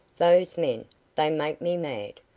those men they make me mad.